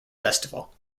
festival